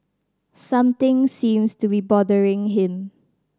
something seems to be bothering him